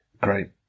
Great